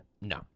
No